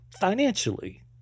financially